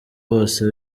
bose